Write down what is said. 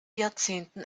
jahrzehnten